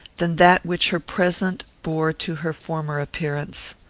than that which her present bore to her former appearance.